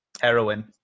Heroin